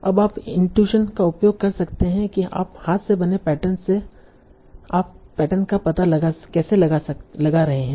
अब आप इन्टूसन का उपयोग कर सकते हैं कि आप हाथ से बने पैटर्न से आप पैटर्न का पता कैसे लगा रहे हैं